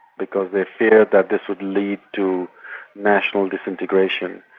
because they feared that this would lead to national disintegration.